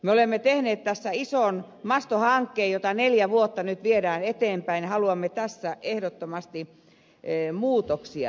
me olemme tehneet tässä ison masto hankkeen jota neljä vuotta nyt viedään eteenpäin ja haluamme tässä ehdottomasti muutoksia